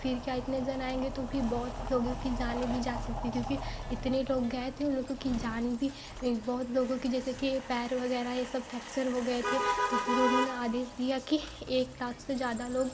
फिर क्या इतने जन आएँगे तो फिर बहुत लोगों की जानें भी जा सकती हैं क्योंकि इतने लोग गए थे उन लोगों की जान भी बहुत लोगों की जैसे कि पैर वगैरह ये सब फैक्चर हो गए थे तो फिर उन्होंने आदेश दिया कि एक लाख से ज्यादा लोग